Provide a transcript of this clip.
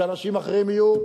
שאנשים אחרים יהיו,